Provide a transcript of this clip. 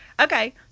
Okay